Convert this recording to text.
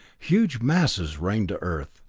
huge masses rained to earth,